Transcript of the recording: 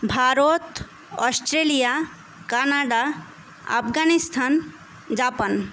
Bharat Australia Canada Afghanistan Japan